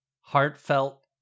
heartfelt